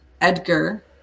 Edgar